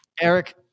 eric